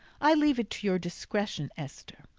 i leave it to your discretion, esther.